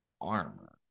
armor